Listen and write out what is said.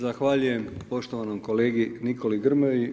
Zahvaljujem poštovanom kolegi Nikoli Grmoji.